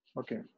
okay